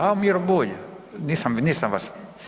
A Miro Bulj, nisam vas.